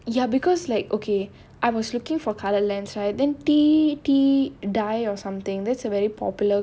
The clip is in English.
ya because like okay I was looking for coloured lens right then T_T_D_E_Y_E or something that's a very popular